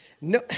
no